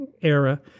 era